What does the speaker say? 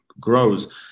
grows